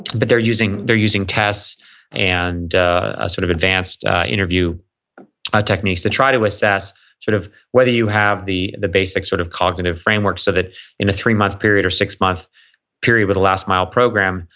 but they're using they're using tests and sort of advanced interview ah techniques. they try to assess sort of whether you have the the basic sort of cognitive framework so that in a three month period or six month period with the last mile program,